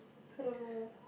I don't know